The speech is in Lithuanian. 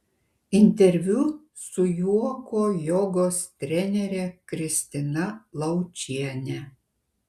interviu su juoko jogos trenere kristina laučiene